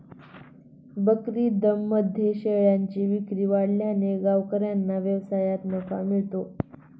बकरीदमध्ये शेळ्यांची विक्री वाढल्याने गावकऱ्यांना व्यवसायात नफा मिळतो